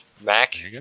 Mac